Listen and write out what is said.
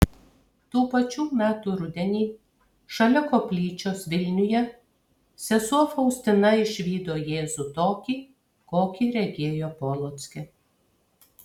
tų pačių metų rudenį šalia koplyčios vilniuje sesuo faustina išvydo jėzų tokį kokį regėjo polocke